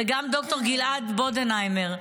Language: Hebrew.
וגם ד"ר גלעד בודנהיימר,